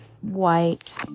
White